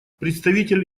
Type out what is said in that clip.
представитель